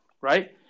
right